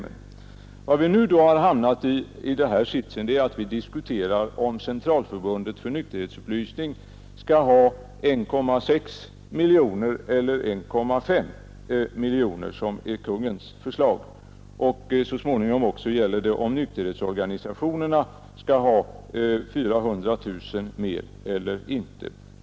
Den sits vi har hamnat i nu är att vi diskuterar huruvida Centralförbundet för alkoholoch narkotikaupplysning skall ha 1,6 miljoner eller som Kungl. Maj:t föreslagit 1,5 miljoner. I fråga om nykterhetsorganisationerna gäller det huruvida dessa skall ha 400 000 kronor mer eller inte.